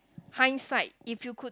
hindsight if you could